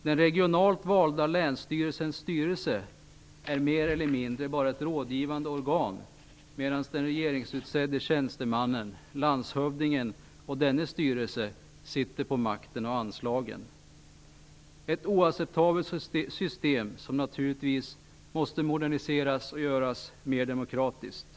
Den regionalt valda länsstyrelsens styrelse är mer eller mindre bara ett rådgivande organ, medan den regeringsutsedde tjänstemannen, landshövdingen, och dennes styrelse sitter på makten och anslagen. Det är ett oacceptabelt system som naturligtvis måste moderniseras och göras mer demokratiskt.